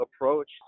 approach